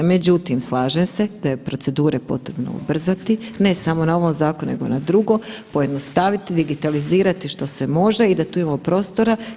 Međutim, slažem se da je procedure potrebno ubrzati ne samo na ovom zakonu nego i na drugo, pojednostaviti, digitalizirati što se može i da tu imamo prostora.